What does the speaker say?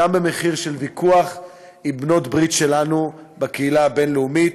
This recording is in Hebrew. גם במחיר של ויכוח עם בעלות-ברית שלנו בקהילה הבין-לאומית.